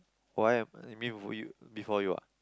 why am you mean be~ you before you ah